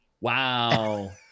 Wow